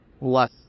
less